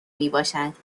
میباشد